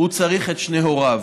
צריך את שני הוריו.